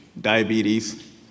diabetes